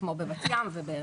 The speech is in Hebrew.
כמו בבת ים וברמלה.